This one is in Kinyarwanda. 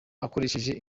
akoresheje